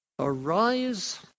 Arise